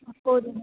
ହଁ କେଉଁ ଦିନ